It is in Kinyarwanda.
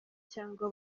cyangwa